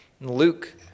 Luke